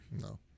No